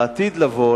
לעתיד לבוא,